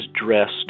dressed